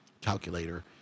calculator